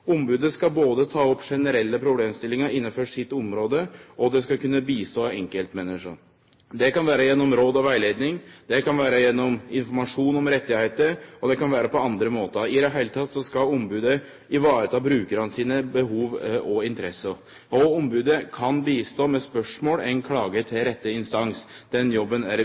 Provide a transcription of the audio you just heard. Ombodet skal både ta opp generelle problemstillingar innafor sitt område, og det skal kunne hjelpe enkeltmenneske. Det kan vera gjennom råd og rettleiing, det kan vere gjennom informasjon om rettar, og det kan vere på andre måtar. I det heile skal ombodet vareta brukarane sine behov og interesser. Og ombodet kan hjelpe til med spørsmål eller klage til rette instans. Den jobben er